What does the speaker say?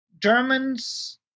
Germans